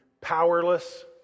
powerless